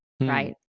Right